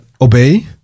obey